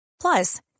Plus